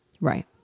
Right